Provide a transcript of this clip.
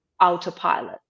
autopilot